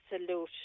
absolute